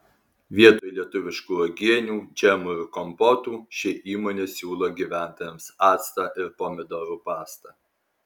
vietoj lietuviškų uogienių džemų ir kompotų ši įmonė siūlo gyventojams actą ir pomidorų pastą